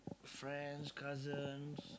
friends cousins